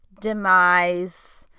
demise